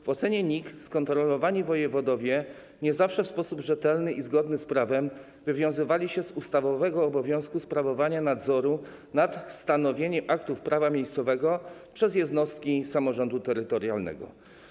W ocenie NIK skontrolowani wojewodowie nie zawsze w sposób rzetelny i zgodny z prawem wywiązywali się z ustawowego obowiązku sprawowania nadzoru nad stanowieniem aktów prawa miejscowego przez jednostki samorządu terytorialnego.